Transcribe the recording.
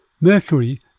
Mercury